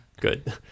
Good